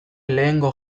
lehengo